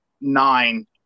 nine